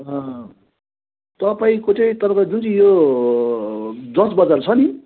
तपाईँको चाहिँ तपाईँको जुन चाहिँ यो जज बजार छ नि